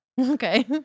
Okay